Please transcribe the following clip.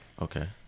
Okay